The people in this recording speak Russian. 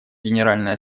генеральная